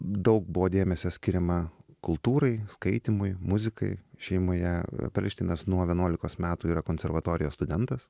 daug buvo dėmesio skiriama kultūrai skaitymui muzikai šeimoje perelšteinas nuo vienuolikos metų yra konservatorijos studentas